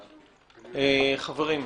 חברים,